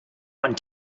want